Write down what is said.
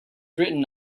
written